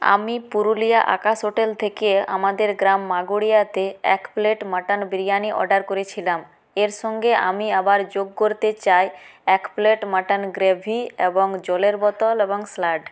আমি পুরুলিয়া আকাশ হোটেল থেকে আমাদের গ্রাম মাগুরিয়াতে এক প্লেট মটন বিরিয়ানি অর্ডার করেছিলাম এর সঙ্গে আমি আবার যোগ করতে চাই এক প্লেট মটন গ্রেভি এবং জলের বোতল এবং স্যালাড